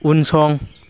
उनसं